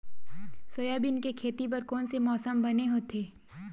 Soybean के खेती बर कोन से मौसम बने होथे?